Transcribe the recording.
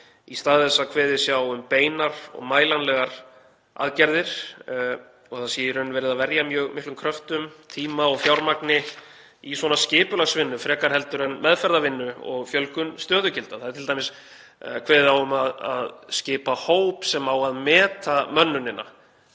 í stað þess að kveðið sé á um beinar og mælanlegar aðgerðir. Það sé í raun verið að verja mjög miklum kröftum, tíma og fjármagni í svona skipulagsvinnu frekar en meðferðarvinnu og fjölgun stöðugilda. Það er t.d. kveðið á um að skipa hóp sem á að meta mönnunina